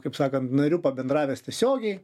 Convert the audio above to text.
kaip sakant nariu pabendravęs tiesiogiai